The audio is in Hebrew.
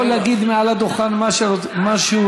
הוא יכול להגיד מעל הדוכן מה שהוא רוצה,